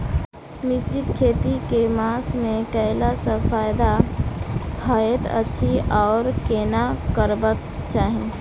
मिश्रित खेती केँ मास मे कैला सँ फायदा हएत अछि आओर केना करबाक चाहि?